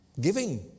giving